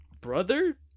brother